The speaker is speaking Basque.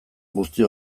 guztiok